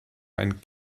einen